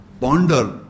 ponder